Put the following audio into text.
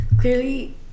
clearly